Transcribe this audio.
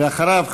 ואחריו,